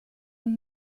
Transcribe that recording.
und